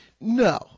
No